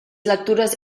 lectures